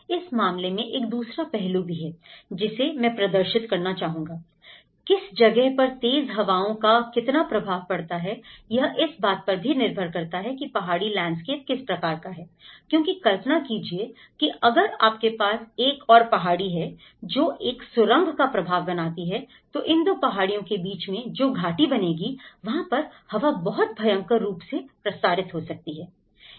इस मामले में एक दूसरा पहलू भी है जिसे मैं प्रदर्शित करना चाहूंगा किस जगह पर तेज हवाओं का कितना प्रभाव पड़ता है यह इस बात पर भी निर्भर करता है की पहाड़ी लैंडस्केप किस प्रकार का है क्योंकि कल्पना कीजिए कि अगर आपके पास एक और पहाड़ी है जो एक सुरंग का प्रभाव बनाती है तो इन दो पहाड़ियों के बीच में जो घाटी बनेगी वहां पर हवा बहुत भयंकर रूप से प्रसारित हो सकती है